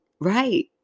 Right